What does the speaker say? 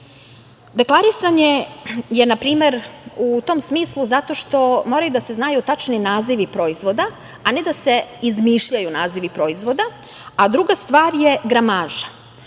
Deklarisanje je na primer, u tom smislu, moraju da se znaju tačni nazivi proizvoda, a ne da se izmišljaju nazivi proizvoda. Druga stvar je gramaža.